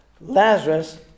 Lazarus